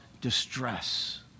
distress